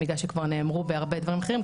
בגלל שהם כבר נאמרו בנוסף לעוד הרבה דברים אחרים.